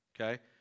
okay